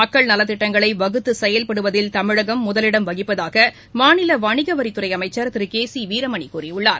மக்கள் நலத்திட்டங்களை வகுத்து செயல்படுத்துவதில் தமிழகம் முதலிடம் வகிப்பதாக மாநில வணிகவரித்துறை அமைச்சர் திரு கே சி வீரமணி கூறியுள்ளார்